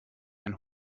ein